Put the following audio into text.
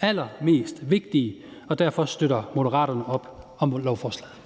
allermest vigtige, og derfor støtter Moderaterne op om lovforslaget.